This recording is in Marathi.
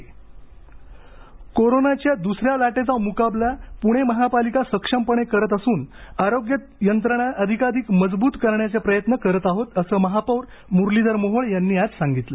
महापौर कोरोनाच्या दुसऱ्या लाटेचा मुकाबला पुणे महापालिका सक्षमपणे करत असून आरोग्य तंत्रणा अधिकाधिक मजब्रत करण्याचे प्रयत्न करत आहोत असं महापौर मुरलीधर मोहोळ यांनी आज सांगितलं